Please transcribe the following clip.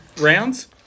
rounds